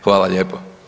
Hvala lijepo.